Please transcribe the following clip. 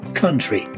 Country